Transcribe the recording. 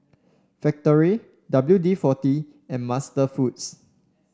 Factorie W D forty and MasterFoods